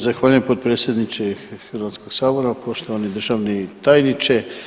Zahvaljujem potpredsjednici Hrvatskog sabora, poštovani državni tajniče.